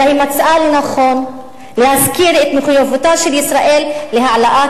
אלא היא מצאה לנכון להזכיר את מחויבותה של ישראל להעלאת